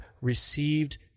received